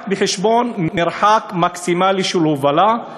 להביא בחשבון מרחק מקסימלי של הובלה,